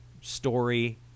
story